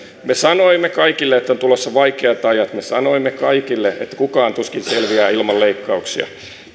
me sanoimme kaikille että on tulossa vaikeat ajat me sanoimme kaikille että kukaan tuskin selviää ilman leikkauksia